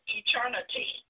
eternity